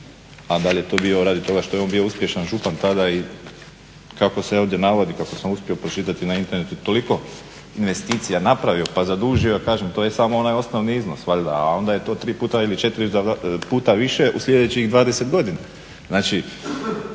A da li je to bilo radi toga što je on bio uspješan župan tada i kako se ovdje navodi, kako sam uspio pročitati na internetu toliko investicija napravio, pa zadužio kažem to je samo onaj osnovni iznos valjda, a onda je to tri puta ili četiri puta više u sljedećih 20 godina.